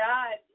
God